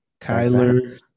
Kyler